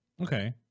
okay